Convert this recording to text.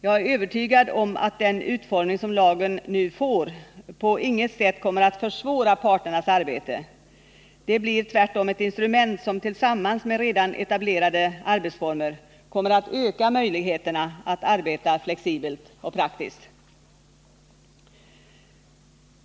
Jag är övertygad om att den utformning som lagen nu får på inget sätt kommer att försvåra parternas arbete; det blir tvärtom ett instrument som tillsammans med redan etablerade arbetsformer kommer att öka möjligheterna att arbeta flexibelt och praktiskt.